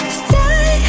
stay